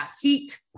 heat